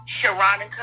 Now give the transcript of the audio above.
Sharonica